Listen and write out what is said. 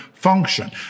function